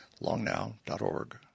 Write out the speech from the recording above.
longnow.org